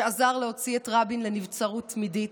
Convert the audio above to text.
שעזר להוציא את רבין לנבצרות תמידית",